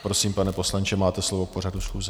Prosím, pane poslanče, máte slovo k pořadu schůze.